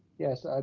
yes.